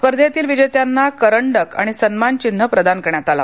स्पर्धेतील विजेत्यांना करंडक आणि सन्मानचिन्ह प्रदान करण्यात आलं